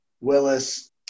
Willis